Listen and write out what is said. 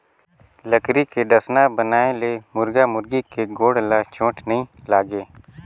लकरी के डसना बनाए ले मुरगा मुरगी के गोड़ ल चोट नइ लागे